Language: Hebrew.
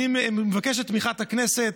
אני מבקש את תמיכת הכנסת,